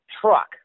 truck